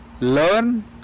learn